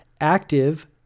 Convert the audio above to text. active